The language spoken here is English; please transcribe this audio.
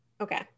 Okay